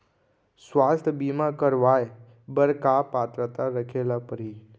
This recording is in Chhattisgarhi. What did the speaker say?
स्वास्थ्य बीमा करवाय बर का पात्रता रखे ल परही?